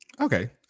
Okay